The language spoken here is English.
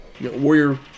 Warrior